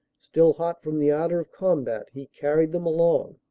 still hot from the ardor of combat, he carried them along,